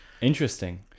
Interesting